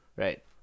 Right